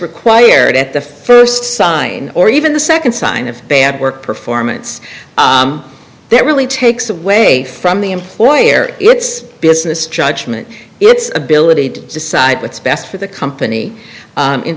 required at the first sign or even the second sign of bad work performance that really takes away from the employer its business judgment its ability to decide what's best for the company